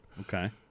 Okay